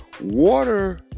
water